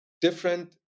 different